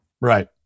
Right